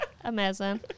Amazing